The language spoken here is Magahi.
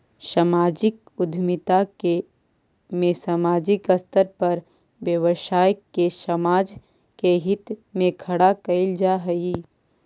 सामाजिक उद्यमिता में सामाजिक स्तर पर व्यवसाय के समाज के हित में खड़ा कईल जा हई